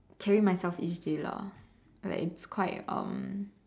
carry myself each day lah like it's quite um